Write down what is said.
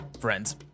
friends